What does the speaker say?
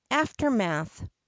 aftermath